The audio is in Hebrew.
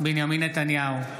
בנימין נתניהו,